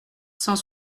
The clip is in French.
cent